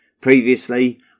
Previously